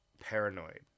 paranoid